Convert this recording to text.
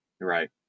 Right